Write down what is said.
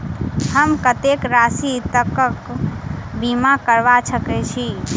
हम कत्तेक राशि तकक बीमा करबा सकै छी?